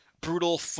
brutal